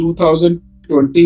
2020